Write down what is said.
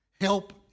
Help